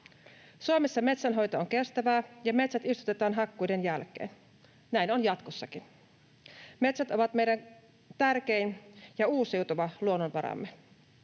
Suomessa metsänhoito on kestävää ja metsät istutetaan hakkuiden jälkeen. Näin on jatkossakin. Metsät ovat meidän tärkein ja uusiutuva luonnonvaramme.